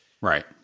Right